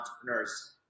entrepreneurs